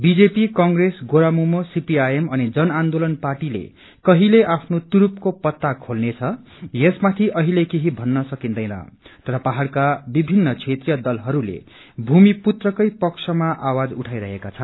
BJP Congress GORAMUMO CPIM अनि जन आन्दोलन पार्टीले कहिले आफ्नो तुरूपको पता खोल्नेछ यसमाथि अहिले केही भन्न सकिदैन तर पहाड़का विभिन्न क्षेत्रिय दलहरूले भूमिपुत्रकै पक्षमा आवाज उठाइरहेका छन्